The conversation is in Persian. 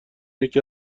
یکی